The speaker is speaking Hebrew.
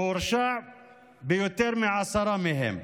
והוא הורשע ביותר מעשרה מהם,